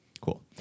Cool